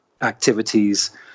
activities